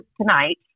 tonight